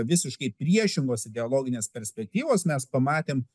visiškai priešingos ideologinės perspektyvos nes pamatėm